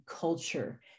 culture